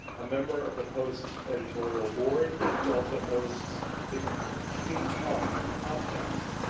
a member of the post's editorial board, he also hosts the cape up podcast.